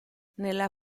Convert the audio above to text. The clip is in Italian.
nella